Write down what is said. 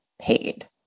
paid